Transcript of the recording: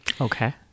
Okay